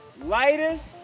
lightest